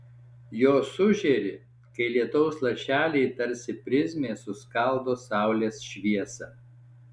jos sužėri kai lietaus lašeliai tarsi prizmė suskaldo saulės šviesą